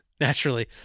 naturally